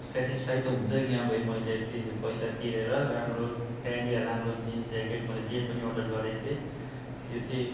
satisfy त हुन्छ कि हाँ भाइ मैले चाहिँ पैसा तिरेर राम्रो पेन्ट या राम्रो जिन्स ज्याकेट मैले जे पनि अर्डर गरेको थिएँ त्यो चाहिँ